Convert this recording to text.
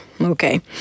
Okay